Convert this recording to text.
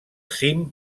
cim